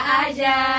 aja